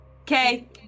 Okay